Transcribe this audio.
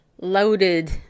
loaded